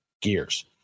gears